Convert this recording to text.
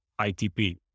ITP